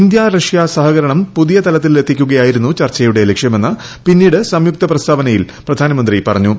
India Russia സഹകരണം പുതിയ തലത്തിൽ എത്തിക്കുകയായിരുന്നു ചർച്ചയുടെ ലക്ഷ്യമെന്ന് പിന്നീട് സംയുക്ത പ്രസ്താവനയിൽ പ്രധാനമന്ത്രി പറഞ്ഞു